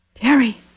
Terry